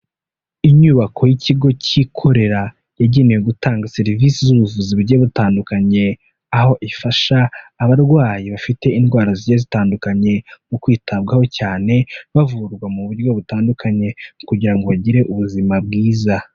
Inyubako y'ikigo kikorera, yagenewe gutanga serivisi z'ubuvuzi butandukanye, aho ifasha abarwayi bafite indwara ziye zitandukanye mu kwitabwaho cyane, bavurwa mu buryo butandukanye kugira ngo bagire ubuzima bwiza.